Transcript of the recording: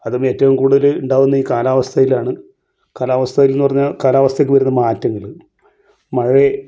അതും ഏറ്റവും കൂടുതൽ ഉണ്ടാകുന്നത് ഈ കാലാവസ്ഥയിലാണ് കാലാവസ്ഥയിൽ എന്ന് പറഞ്ഞാൽ കാലാവസ്ഥക്ക് വരുന്ന മാറ്റങ്ങൾ മഴയെ